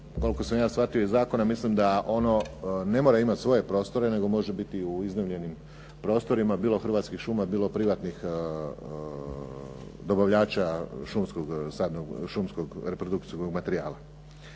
koliko sam ja shvatio iz zakona mislim da ono ne mora imati svoje prostore, nego može biti i u iznajmljenim prostorima, bilo Hrvatskih šuma bilo privatnih dobavljača šumskog reprodukcijskog materijala.